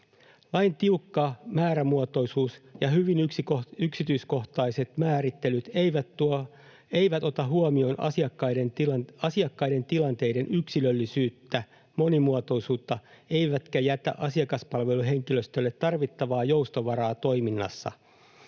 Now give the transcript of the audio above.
Lain tiukka määrämuotoisuus ja hyvin yksityiskohtaiset määrittelyt eivät ota huomioon asiakkaiden tilanteiden yksilöllisyyttä ja monimuotoisuutta eivätkä jätä asiakaspalveluhenkilöstölle tarvittavaa joustovaraa toiminnassa.